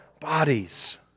bodies